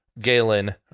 Galen